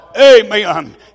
Amen